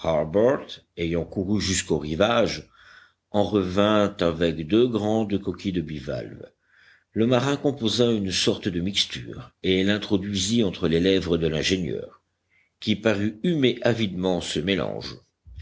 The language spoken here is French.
ayant couru jusqu'au rivage en revint avec deux grandes coquilles de bivalves le marin composa une sorte de mixture et l'introduisit entre les lèvres de l'ingénieur qui parut humer avidement ce mélange